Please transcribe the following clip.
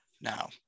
now